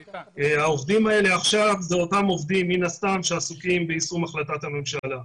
העובדים האלה הם אותם עובדים שעסוקים ביישום החלטת הממשלה.